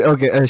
Okay